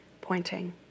pointing